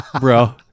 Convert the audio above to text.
bro